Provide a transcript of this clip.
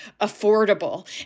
affordable